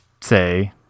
say